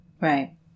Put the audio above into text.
Right